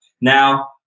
Now